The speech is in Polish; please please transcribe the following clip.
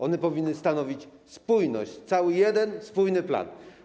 One powinny stanowić spójność, cały jeden spójny plan.